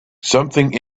something